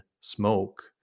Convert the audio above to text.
smoke